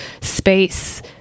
space